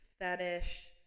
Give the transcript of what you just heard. fetish